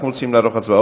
אנחנו רוצים לערוך הצבעה,